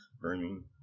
burning